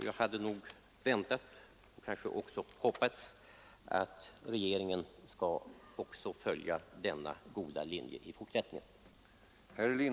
Jag hade kanske hoppats att också regeringen skulle följa detta goda exempel i fortsättningen.